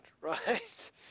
right